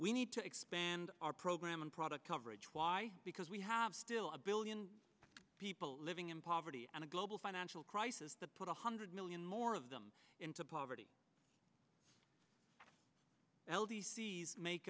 we need to expand our program and product coverage why because we have still a billion people living in poverty and a global financial crisis that put a hundred million more of them into poverty l d c's make